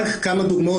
רק כמה דוגמאות.